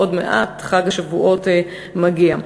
עוד מעט חג השבועות מגיע,